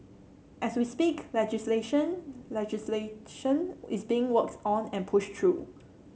as we speak legalisation legislation is being worked on and pushed through